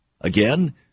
Again